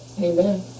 Amen